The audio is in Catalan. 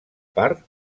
part